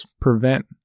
prevent